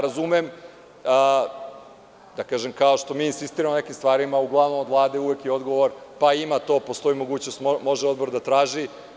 Razumem, da kažem, kao što mi insistiramo na nekim stvarima, uglavnom od Vlade uvek je odgovor – ima to, postoji mogućnost, može odbor da traži.